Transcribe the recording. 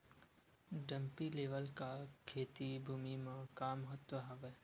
Dumpy level का खेती भुमि म का महत्व हावे?